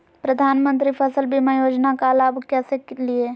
प्रधानमंत्री फसल बीमा योजना का लाभ कैसे लिये?